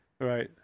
Right